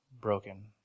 broken